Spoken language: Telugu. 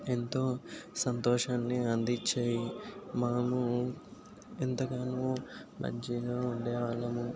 ఎంతో సంతోషాన్ని అందించాయి మేము ఎంతగానో మంచిగా ఉండే వాళ్ళం